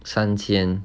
三千